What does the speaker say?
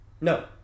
No